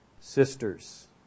sisters